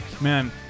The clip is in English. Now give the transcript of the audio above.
Man